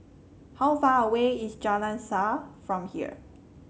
how far away is Jalan Shaer from here